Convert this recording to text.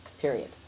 Period